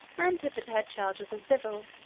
antipater had charge of the civil,